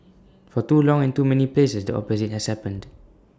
for too long and too many places the opposite has happened